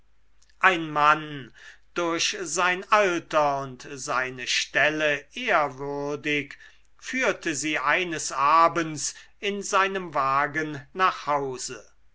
ein mann durch sein alter und seine stelle ehrwürdig führte sie eines abends in seinem wagen nach hause